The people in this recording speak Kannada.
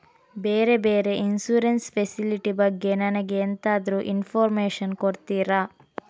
ಬೇರೆ ಬೇರೆ ಇನ್ಸೂರೆನ್ಸ್ ಫೆಸಿಲಿಟಿ ಬಗ್ಗೆ ನನಗೆ ಎಂತಾದ್ರೂ ಇನ್ಫೋರ್ಮೇಷನ್ ಕೊಡ್ತೀರಾ?